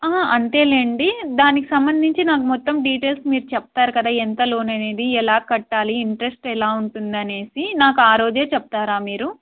అంతేలేండి దానికి సంబంధించి నాకు మొత్తం డీటెయిల్స్ మీరు చెప్తారు కదా ఎంత లోన్ అనేది ఎలా కట్టాలి ఇంట్రెస్ట్ ఎలా ఉంటుంది అని నాకు ఆ రోజే చెప్తారా మీరు